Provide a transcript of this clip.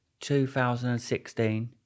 2016